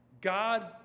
God